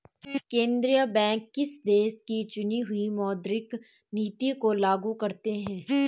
केंद्रीय बैंक किसी देश की चुनी हुई मौद्रिक नीति को लागू करते हैं